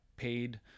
paid